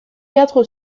quatre